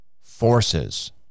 forces